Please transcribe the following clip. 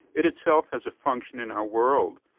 it, itself, has a function in our world.